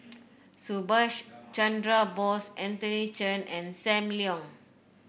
Subhas Chandra Bose Anthony Chen and Sam Leong